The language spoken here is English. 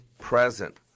present